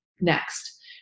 next